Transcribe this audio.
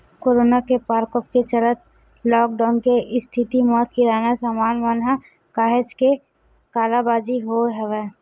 corona के परकोप के चलत लॉकडाउन के इस्थिति म किराना समान मन म काहेच के कालाबजारी होय हवय